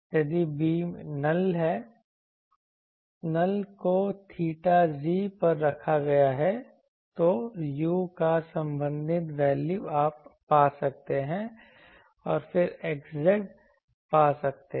यदि beam null को θz पर रखा गया है तो u का संबंधित वैल्यू आप पा सकते हैं और फिर xz पा सकते हैं